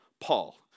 Paul